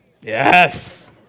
Yes